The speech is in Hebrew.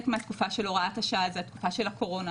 מהתקופה של הוראת השעה זו התקופה של הקורונה,